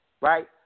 right